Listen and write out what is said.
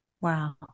Wow